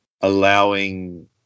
allowing